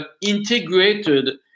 integrated